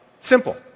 simple